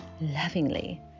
lovingly